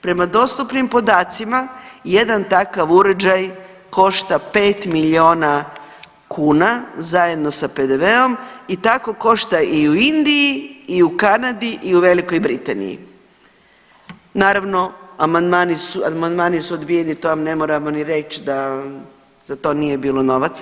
Prema dostupnim podacima jedan takav uređaj košta 5 milijuna kuna zajedno sa PDV-om i tako košta i u Indiji i u Kanadi i u Velikoj Britaniji, naravno amandmani su odbijeni, to vam ne moramo ni reć da za to nije bilo novaca.